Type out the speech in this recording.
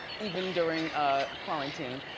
even during ah quarantine,